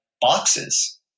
boxes